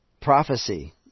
Prophecy